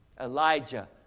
Elijah